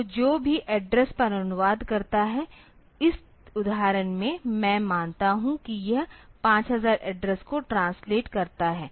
तो जो भी एड्रेस पर अनुवाद करता है इस उदाहरण में मैं मानता हूं कि यह 5000 एड्रेस को ट्रांसलेट करता है